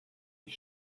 die